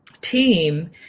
team